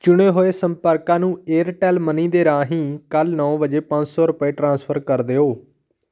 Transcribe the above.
ਚੁਣੇ ਹੋਏ ਸੰਪਰਕਾਂ ਨੂੰ ਏਅਰਟੈਲ ਮਨੀ ਦੇ ਰਾਹੀਂ ਕੱਲ੍ਹ ਨੌ ਵਜੇ ਪੰਜ ਸੌ ਰੁਪਏ ਟ੍ਰਾਂਸਫਰ ਕਰ ਦਿਓ